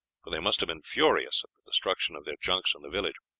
for they must have been furious at the destruction of their junks and village.